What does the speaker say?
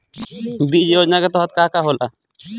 बीज योजना के तहत का का होला?